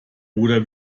oder